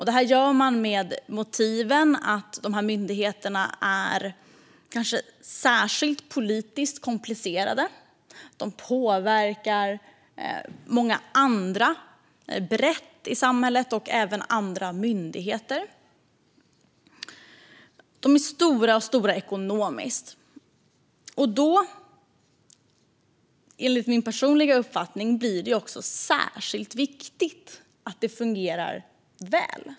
Det gör man med motiven att myndigheterna är särskilt politiskt komplicerade, att de påverkar många andra brett i samhället och även andra myndigheter samt att de är stora ekonomiskt. Då är det, enligt min personliga uppfattning, särskilt viktigt att de fungerar väl.